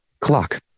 Clock